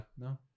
No